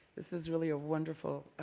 this is really a wonderful